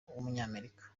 w’umunyamerika